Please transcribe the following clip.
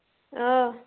آ